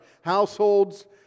households